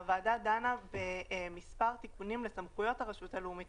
הוועדה דנה במספר תיקונים לסמכויות הרשות הלאומית